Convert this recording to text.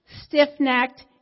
stiff-necked